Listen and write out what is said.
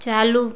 चालू